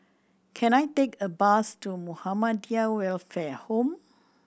can I take a bus to Muhammadiyah Welfare Home